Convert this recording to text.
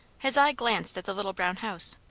his eye glanced at the little brown house.